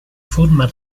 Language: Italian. forma